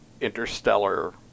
interstellar